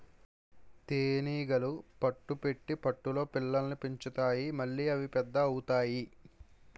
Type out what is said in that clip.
తేనీగలు పట్టు పెట్టి పట్టులో పిల్లల్ని పెంచుతాయి మళ్లీ అవి పెద్ద అవుతాయి